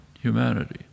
humanity